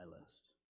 list